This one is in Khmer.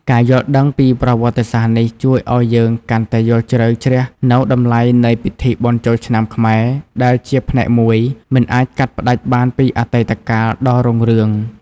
ការយល់ដឹងពីប្រវត្តិសាស្រ្តនេះ ជួយឲ្យយើងកាន់តែយល់ជ្រៅជ្រះនូវតម្លៃនៃពិធីបុណ្យចូលឆ្នាំខ្មែរ ដែលជាផ្នែកមួយមិនអាចកាត់ផ្ដាច់បានពីអតីតកាលដ៏រុងរឿង។